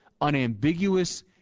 unambiguous